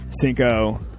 Cinco